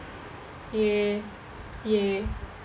ya ya